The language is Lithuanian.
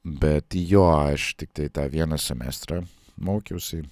bet jo aš tiktai tą vieną semestrą mokiausi